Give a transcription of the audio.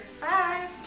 Bye